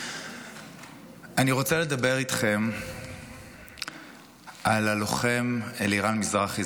אני רוצה לדבר איתכם על הלוחם אלירן מזרחי,